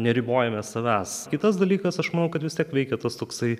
neribojame savęs kitas dalykas aš manau kad vis tiek veikia tas toksai